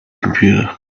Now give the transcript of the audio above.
computer